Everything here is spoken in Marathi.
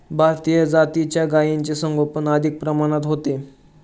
भारतीय जातीच्या गायींचे संगोपन अधिक प्रमाणात होते